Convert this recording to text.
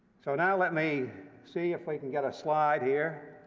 so now let me see if we can get a slide here.